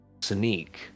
sneak